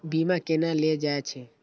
बीमा केना ले जाए छे?